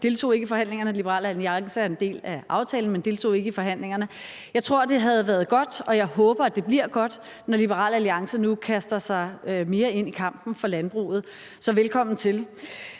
deltog ikke i forhandlingerne; Liberal Alliance er en del af aftalen, men deltog ikke i forhandlingerne. Jeg tror, at det havde været godt, og jeg håber, at det bliver godt, når Liberal Alliance nu kaster sig mere ind i kampen for landbruget. Så jeg vil